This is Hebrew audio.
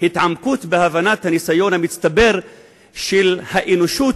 התעמקות בהבנת הניסיון המצטבר של האנושות,